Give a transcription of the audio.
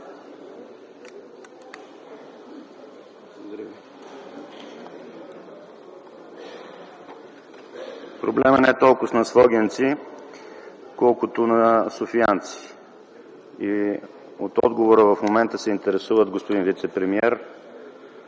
Проблемът не е толкова на свогенци, колкото на софиянци. От отговора в момента, господин вицепремиер,